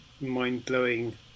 mind-blowing